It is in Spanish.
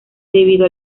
debido